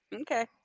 Okay